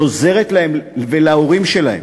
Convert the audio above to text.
היא עוזרת להם ולהורים שלהם.